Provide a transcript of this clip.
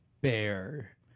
bear